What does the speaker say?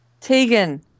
Tegan